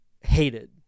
hated